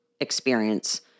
experience